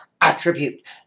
attribute